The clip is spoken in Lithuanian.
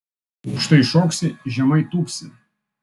aukštai šoksi žemai tūpsi